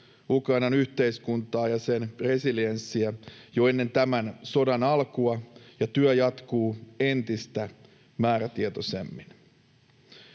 Ukrainan yhteiskuntaa ja sen resilienssiä jo ennen tämän sodan alkua, ja työ jatkuu entistä määrätietoisemmin.